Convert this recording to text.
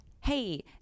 hey